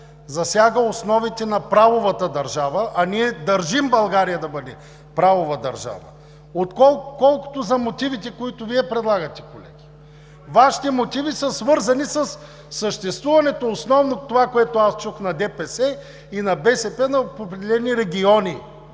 засяга основите на правовата държава, а ние държим България да бъде правова държава. Колкото за мотивите, които Вие предлагате, колеги. Вашите мотиви са свързани със съществуването – основно, това, което аз чух, на ДПС и на БСП в определени региони.